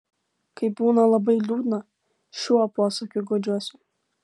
kai būna labai liūdna šiuo posakiu guodžiuosi